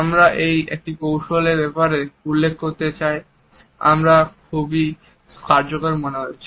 আমি একটি কৌশল এর ব্যাপারে উল্লেখ করতে চাই আমার খুবই কার্যকর মনে হয়েছে